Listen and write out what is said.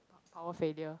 power failure